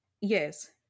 yes